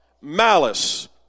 Malice